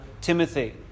timothy